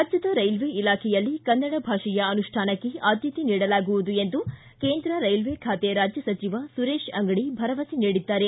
ರಾಜ್ಯದ ರೈಲ್ವೆ ಇಲಾಖೆಯಲ್ಲಿ ಕನ್ನಡ ಭಾಷೆಯ ಅನುಷ್ಠಾನಕ್ಕೆ ಆದ್ಯತೆ ನೀಡಲಾಗುವುದು ಎಂದು ಕೇಂದ್ರ ರೈಲ್ವೆ ಖಾತೆ ರಾಜ್ಯ ಸಚಿವ ಸುರೇಶ ಅಂಗಡಿ ಭರವಸೆ ನೀಡಿದ್ದಾರೆ